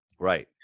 right